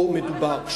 פה מדובר,